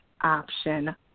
option